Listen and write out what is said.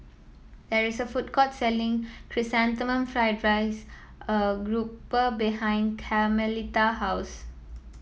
there is a food court selling chrysanthemum fried dries grouper behind Carmelita house